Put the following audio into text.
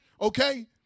okay